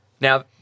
Now